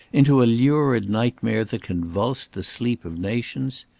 into a lurid nightmare that convulsed the sleep of nations?